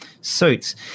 suits